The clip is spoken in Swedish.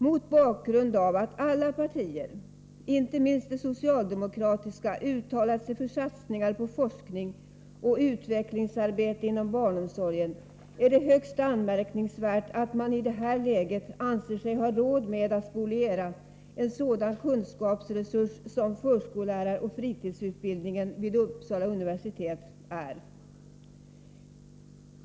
Mot bakgrund av att alla partier, inte minst det socialdemokratiska, har uttalat sig för satsningar på forskning och utvecklingsarbete inom barnomsorgen är det högst anmärkningsvärt att man i det här läget anser sig ha råd med att spoliera en sådan kunskapsresurs som förskolläraroch fritidspedagogutbildningen vid Uppsala universitet.